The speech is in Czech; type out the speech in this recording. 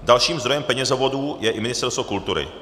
Dalším zdrojem penězovodů je i Ministerstvo kultury.